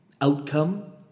outcome